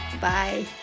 Bye